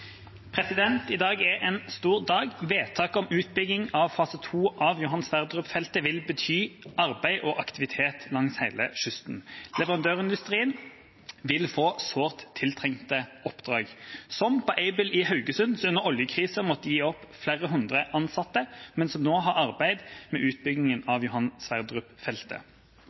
en stor dag. Vedtaket om utbygging av fase to av Johan Sverdrup-feltet vil bety arbeid og aktivitet langs hele kysten. Leverandørindustrien vil få sårt tiltrengte oppdrag, som Aibel i Haugesund, som under oljekrisa måtte gi opp flere hundre ansatte, men som nå har arbeid med utbyggingen av Johan